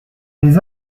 des